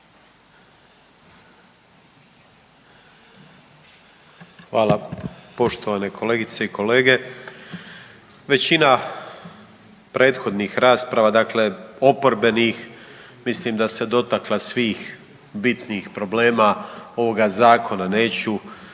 Hvala. Poštovane kolegice i kolege. Većina prethodnih rasprava dakle oporbenih mislim da se dotakla svih bitnih problema ovoga zakona. Neću